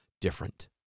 different